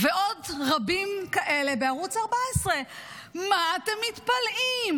ועוד רבים כאלה בערוץ 14. מה אתם מתפלאים?